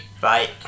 Bye